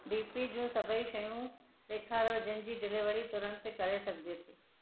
D P जूं सभई शयूं ॾेखारियो जिनि जी डिलीवरी तुरंत करे सघिजे थी